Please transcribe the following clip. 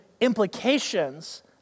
implications